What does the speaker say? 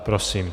Prosím.